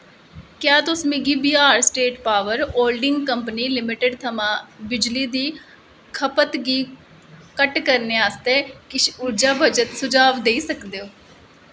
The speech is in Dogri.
क्या तुस मिगी Bihar state power holding company limited थमां बिजली दी खपत गी घट्ट करने आस्तै किश ऊर्जा बचत सुझाव देई सकदे ओ